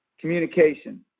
Communication